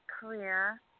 career